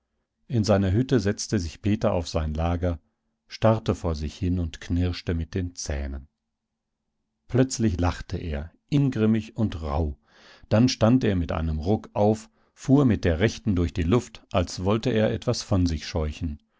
in seiner hütte setzte sich peter auf sein lager starrte vor sich hin und knirschte mit den zähnen plötzlich lachte er ingrimmig und rauh dann stand er mit einem ruck auf fuhr mit der rechten durch die luft als wollte er etwas von sich scheuchen